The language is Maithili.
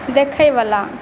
देखैवला